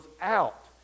out